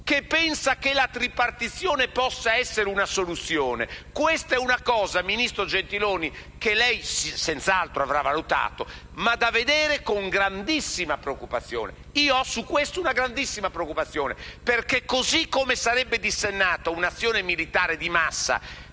che pensi che la tripartizione possa essere una soluzione, è un'evenienza, ministro Gentiloni Silveri, che lei senz'altro avrà valutato, ma che è da vedere con grandissima preoccupazione. A tal riguardo, io ho una grandissima preoccupazione, perché, così come sarebbe dissennata oggi un'azione militare di massa